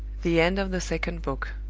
the end of the second book.